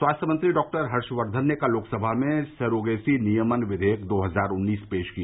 स्वास्थ्य मंत्री डॉक्टर हर्षवर्धन ने कल लोकसभा में सरोगेसी नियमन विधेयक दो हजार उन्नीस पेश किया